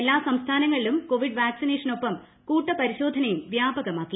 എല്ലാം സംസ്ഥാനങ്ങളിലും വാക്സിനേഷനൊപ്പം കൂട്ടപരിശോധനയും വ്യാപകമാക്കി